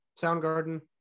Soundgarden